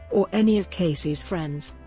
or any of casey's friends.